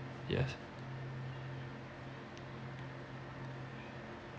yes